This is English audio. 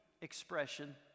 expression